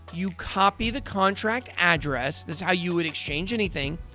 you copy the contract address. that's how you would exchange anything.